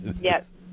Yes